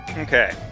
Okay